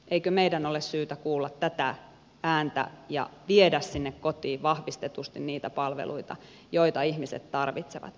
eikö meidän ole syytä kuulla tätä ääntä ja viedä sinne kotiin vahvistetusti niitä palveluita joita ihmiset tarvitsevat